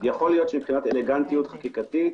יכול להיות שמבחינת אלגנטיות חקיקתית,